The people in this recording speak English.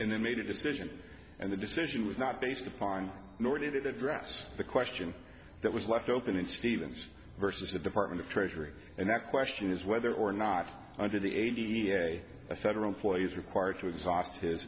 and they made a decision and the decision was not based upon nor did it address the question that was left open in stevens versus the department of treasury and that question is whether or not under the ada a federal employee is required to exhaust his